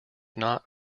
not